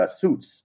suits